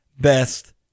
best